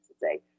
today